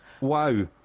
wow